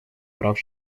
прав